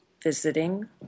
visiting